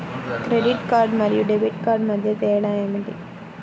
Credit card మరియు debit card మధ్య తేడా ఏమిటి?